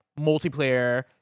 multiplayer